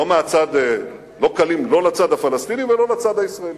לא קלים, לא לצד הפלסטיני ולא לצד הישראלי,